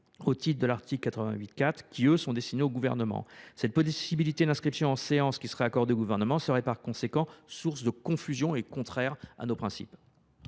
au titre de l’article 88 4 qui, elles, sont destinées au Gouvernement. Cette possibilité d’inscription en séance accordée au Gouvernement serait, par conséquent, source de confusion et contraire à nos principes.